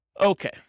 Okay